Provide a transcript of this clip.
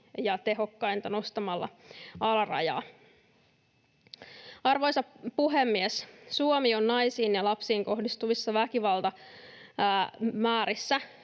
ja tehokkainta nostamalla alarajaa. Arvoisa puhemies! Suomi on naisiin ja lapsiin kohdistuvissa väkivaltamäärissä